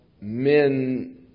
men